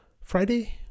Friday